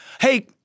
Hey